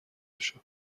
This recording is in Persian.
بشو